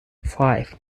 five